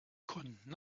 konnten